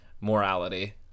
morality